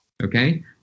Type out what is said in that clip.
Okay